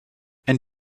and